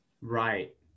Right